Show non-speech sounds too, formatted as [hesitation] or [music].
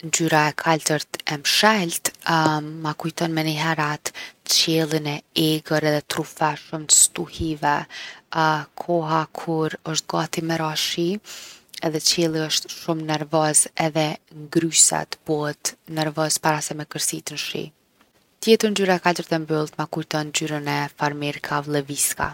Ngjyra e kaltërt e mshelt [hesitation] ma kujton menihere atë qiellin e egër edhe t’rrufeshëm t’stuhive [hesitation] koha kur osht gati me ra shi edhe qielli osht shumë nervoz edhe ngryset, bohet nervoz para se me kërsit n’shi. Tjetër ngjyra e kaltërt e mbyllt ma kujton ngjyrën e farmerkave leviska.